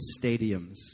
stadiums